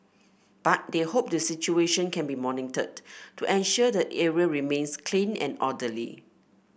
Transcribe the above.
but they hope the situation can be monitored to ensure the area remains clean and orderly